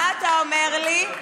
מה אתה אומר לי?